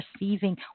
receiving